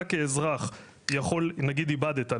אתה כאזרח לדוגמה ואיבדת,